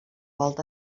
volta